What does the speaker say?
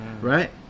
right